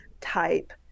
type